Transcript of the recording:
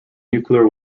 nuclear